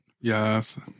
Yes